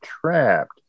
trapped